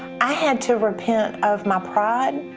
i had to repentant of my pride.